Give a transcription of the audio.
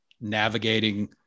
navigating